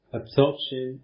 absorption